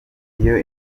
iyo